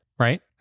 Right